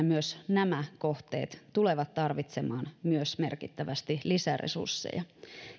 myös nämä kohteet tulevat tarvitsemaan merkittävästi lisäresursseja